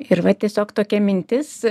ir va tiesiog tokia mintis